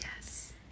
Yes